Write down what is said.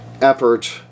effort